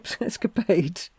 escapade